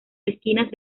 esquinas